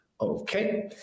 Okay